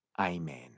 Amen